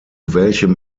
welchem